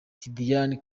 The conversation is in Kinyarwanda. tidiane